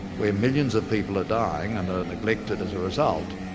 where millions of people are dying, and are neglected as a result,